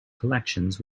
collections